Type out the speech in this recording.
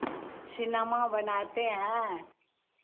cinema बनाते हैं